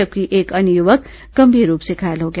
जबकि एक अन्य युवक गंभीर रूप से घायल हो गया